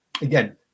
again